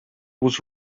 was